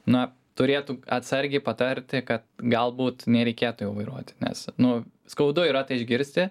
na turėtų atsargiai patarti kad galbūt nereikėtų jau vairuoti nes nu skaudu yra tai išgirsti